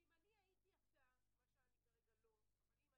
יש